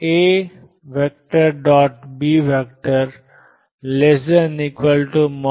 A B